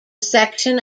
section